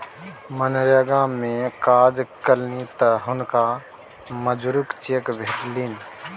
मनरेगा मे काज केलनि तँ हुनका मजूरीक चेक भेटलनि